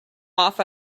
off